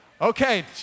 Okay